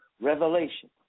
revelation